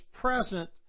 present